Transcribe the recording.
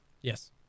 Yes